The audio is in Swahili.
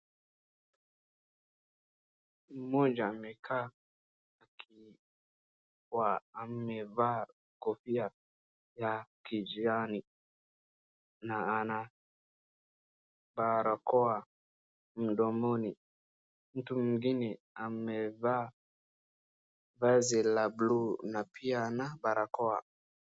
Mtu mmoja amekaa amevaa shati la kijana na ana barakoa mdomoni mtu mwingine amevaa vazi la blue na pia ana barakoa.